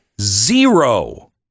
Zero